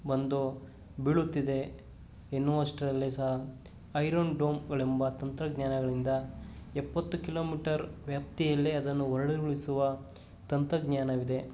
ಬಂದು ಬೀಳುತ್ತಿದೆ ಎನ್ನುವಷ್ಟರಲ್ಲೇ ಸಹ ಐರೋನ್ ಡೋಮ್ಗಳೆಂಬ ತಂತ್ರಜ್ಞಾನಗಳಿಂದ ಎಪ್ಪತ್ತು ಕಿಲೋಮೀಟರ್ ವ್ಯಾಪ್ತಿಯಲ್ಲಿ ಅದನ್ನು ಹೊರ್ಡುದುಳಿಸುವ ತಂತ್ರಜ್ಞಾನವಿದೆ